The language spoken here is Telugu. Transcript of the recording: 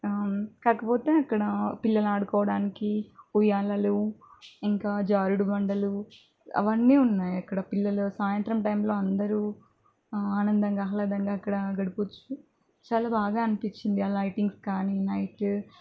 కాకపోతే అక్కడ పిల్లలు ఆడుకోడానికి ఉయ్యాలలు ఇంకా జారుడుబండలు అవన్నీ ఉన్నాయి అక్కడ పిల్లలు సాయంత్రం టైంలో అందరు ఆనందంగా ఆహ్లాదంగా అక్కడ గడపొచ్చు చాలా బాగా అనిపిచ్చింది ఆ లైటింగ్స్ కాని నైట్